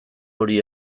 hori